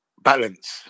balance